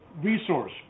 resource